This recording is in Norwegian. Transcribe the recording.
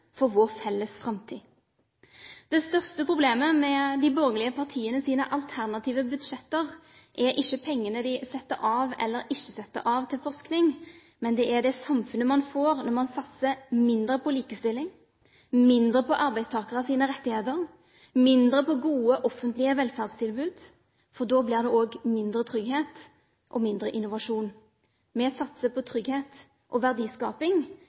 for vår felles framtid. Det største problemet med de borgerlige partienes alternative budsjetter er ikke pengene de setter av, eller ikke setter av, til forskning, men det er det samfunnet man får når man satser mindre på likestilling, mindre på arbeidstakeres rettigheter og mindre på gode, offentlige velferdstilbud, for da blir det også mindre trygghet og mindre innovasjon. Vi satser på trygghet og verdiskaping